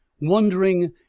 wondering